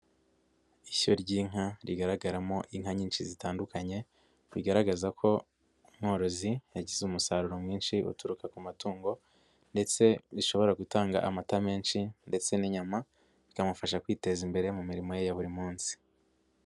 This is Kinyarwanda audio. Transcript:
Ishyo ry'inka rigaragaramo inka nyinshi zitandukanye, bigaragaza ko umworozi yagize umusaruro mwinshi uturuka ku matungo ndetse bishobora gutanga amata menshi ndetse n'inyama, bikamufasha kwiteza imbere mu mirimo ye ya buri munsi.